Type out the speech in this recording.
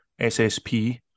SSP